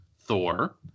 Thor